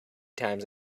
times